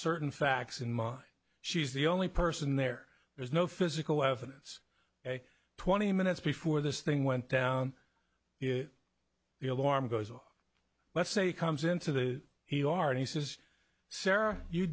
certain facts in mind she's the only person there there's no physical evidence twenty minutes before this thing went down is the alarm goes off let's say comes into the he already says sarah you